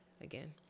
again